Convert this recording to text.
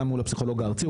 גם מול הפסיכולוג הארצי,